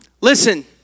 Listen